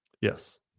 Yes